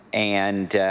and